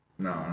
No